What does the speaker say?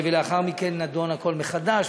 ולאחר מכן נדון הכול מחדש,